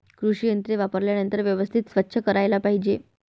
कृषी यंत्रे वापरल्यानंतर व्यवस्थित स्वच्छ करायला पाहिजे